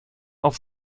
auf